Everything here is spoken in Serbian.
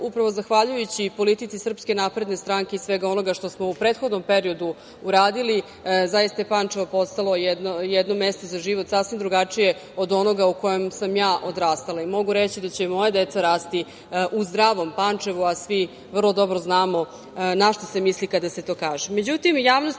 upravo zahvaljujući politici SNS i svega onoga što smo u prethodnom periodu uradili, zaista je Pančevo postalo jedno mesto za život sasvim drugačije od onog u kojem sam ja odrastala. Mogu reći da će moja deca rasti u zdravom Pančevu, a svi vrlo dobro znamo našta se misli kada se to